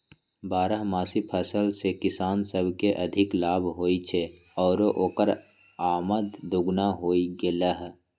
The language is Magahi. बारहमासी फसल से किसान सब के अधिक लाभ होई छई आउर ओकर आमद दोगुनी हो गेलई ह